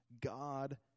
God